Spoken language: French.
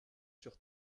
sur